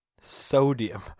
Sodium